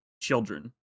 children